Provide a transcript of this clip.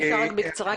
בבקשה, בקצרה.